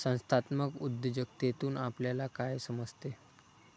संस्थात्मक उद्योजकतेतून आपल्याला काय समजते?